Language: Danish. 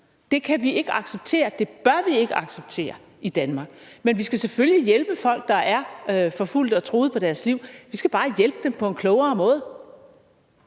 Det kan vi ikke acceptere, og det bør vi ikke acceptere i Danmark. Men vi skal selvfølgelig hjælpe folk, der er forfulgt og truet på deres liv. Vi skal bare hjælpe dem på en klogere måde,